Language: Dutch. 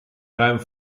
ruim